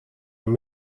een